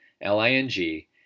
L-I-N-G